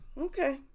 okay